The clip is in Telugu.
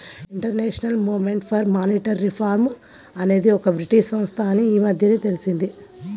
international movement for monetary reform అనేది ఒక బ్రిటీష్ సంస్థ అని ఈ మధ్యనే తెలిసింది